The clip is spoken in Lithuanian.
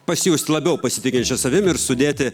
pasijusti labiau pasitikinčia savim ir sudėti